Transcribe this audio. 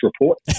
report